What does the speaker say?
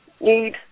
need